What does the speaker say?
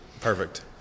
perfect